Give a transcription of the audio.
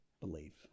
believe